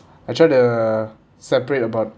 I tried the separate about